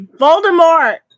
Voldemort